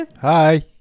hi